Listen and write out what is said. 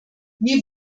wie